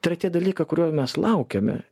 tai yra tie dalykai kurių mes laukiame